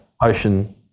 Ocean